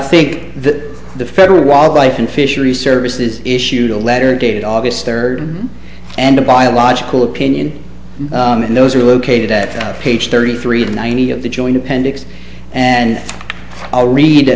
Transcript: think that the federal wildlife and fisheries service is issued a letter dated august third and the biological opinion and those are located at page thirty three of ninety of the joint appendix and i'll read